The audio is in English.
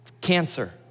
cancer